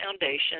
Foundation